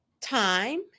time